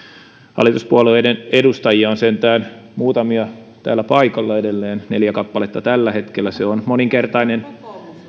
hallituspuolueiden edustajia on sentään muutamia täällä paikalla edelleen neljä kappaletta tällä hetkellä se on moninkertainen